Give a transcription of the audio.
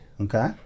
Okay